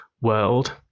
world